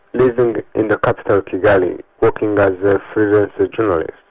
living in the capital, kigali, working as a freelance journalist.